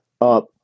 up